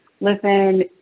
listen